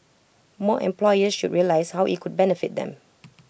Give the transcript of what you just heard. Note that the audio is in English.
more employers should realise how IT could benefit them